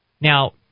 Now